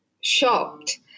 shocked